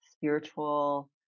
Spiritual